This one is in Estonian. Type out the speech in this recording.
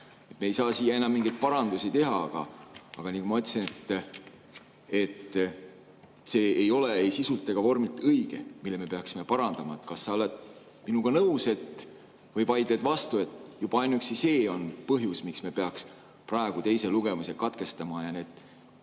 Me ei saa siia enam mingeid parandusi teha, aga nagu ma ütlesin, ei ole see ei sisult ega vormilt õige ja me peaksime selle parandama. Kas sa oled minuga nõus või vaidled vastu, et juba ainuüksi see on põhjus, miks me peaksime praegu teise lugemise katkestama ja need,